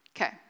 Okay